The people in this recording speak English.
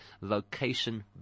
location